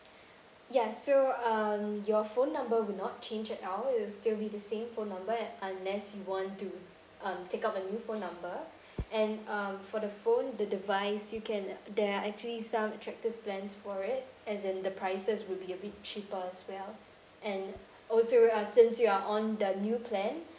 ya so um your phone number will not change at all it will still be the same phone number a~ unless you want to um take up a new phone number and um for the phone the device you can uh there are actually some attractive plans for it as in the prices would be a bit cheaper as well and oh so uh since you are on the new plan